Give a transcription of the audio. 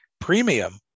premium